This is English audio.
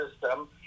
system